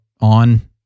on